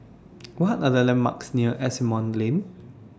What Are The landmarks near Asimont Lane